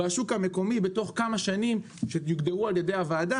והשוק המקומי בתוך כמה שנים שתקבעו על ידי הוועדה